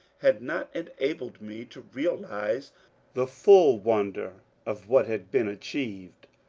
had not enabled me to realize the full wonder of what had been achieved.